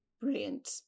Brilliant